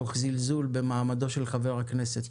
תוך זלזול במעמדו של חבר הכנסת.